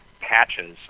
patches